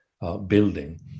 building